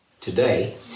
Today